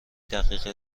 دقیقه